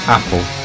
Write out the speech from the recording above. Apple